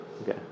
Okay